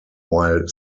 while